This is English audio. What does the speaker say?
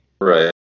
Right